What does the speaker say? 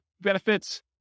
benefits